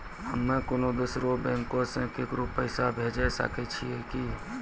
हम्मे कोनो दोसरो बैंको से केकरो पैसा भेजै सकै छियै कि?